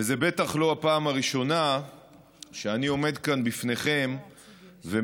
וזו בטח לא הפעם הראשונה שאני עומד כאן לפניכם ומשיב,